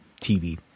TV